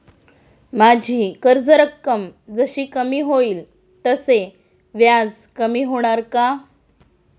माझी कर्ज रक्कम जशी कमी होईल तसे व्याज कमी होणार का?